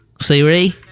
Siri